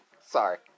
Sorry